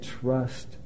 Trust